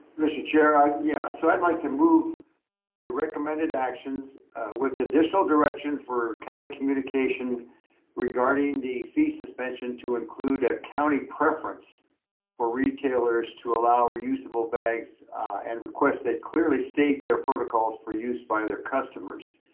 mr. chair. yeah, so i'd like to move the recommended actions with additional direction for county communication regarding the fee suspension, to include a county preference for retailers to allow reusable bags and request they'd clearly state their protocols for use by their customers.